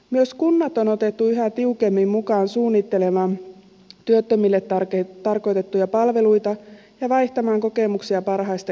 myös kunnat on otettu yhä tiukemmin mukaan suunnittelemaan työttömille tarkoitettuja palveluita ja vaihtamaan kokemuksia parhaista käytänteistä